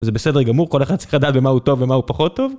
זה בסדר גמור, כל אחד צריך לדעת במה הוא טוב ומה הוא פחות טוב.